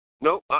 No